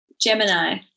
gemini